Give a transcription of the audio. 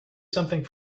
something